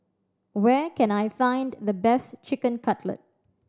where can I find the best Chicken Cutlet